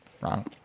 Wrong